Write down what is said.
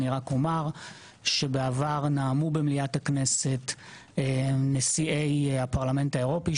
אני רק אומר שבעבר נאמו במליאת הכנסת נשיאי הפרלמנט האירופי,